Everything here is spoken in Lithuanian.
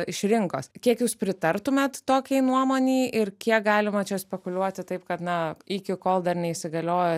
iš rinkos kiek jūs pritartumėt tokiai nuomonei ir kiek galima čia spekuliuoti taip kad na iki kol dar neįsigaliojo